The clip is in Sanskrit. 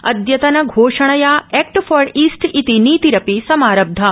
अद्यतन घोषणया एक क्षॉर ईस ाइति नीतिरपि समारब्धा